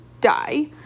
die